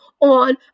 on